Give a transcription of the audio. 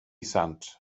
sant